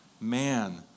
Man